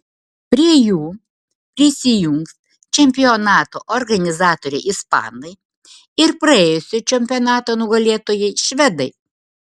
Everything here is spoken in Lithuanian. prie jų prisijungs čempionato organizatoriai ispanai ir praėjusio čempionato nugalėtojai švedai